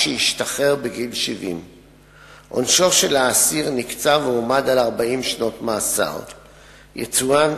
לשחרור אסיר בן 70 השפוט למאסר עולם.